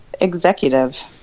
executive